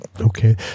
Okay